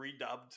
redubbed